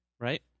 right